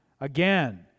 again